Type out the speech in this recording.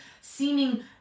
seeming